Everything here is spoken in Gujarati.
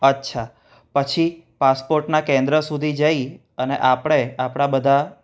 અચ્છા પછી પાસપોર્ટના કેન્દ્ર સુધી જઈ અને આપણે આપણા બધા